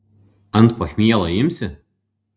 ant pachmielo imsi